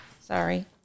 Sorry